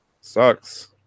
sucks